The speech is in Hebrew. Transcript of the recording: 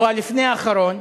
או לפני האחרון,